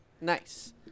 nice